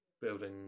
building